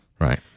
Right